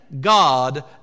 God